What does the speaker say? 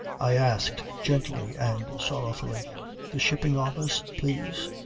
i asked gently and sorrowfully the shipping office, please.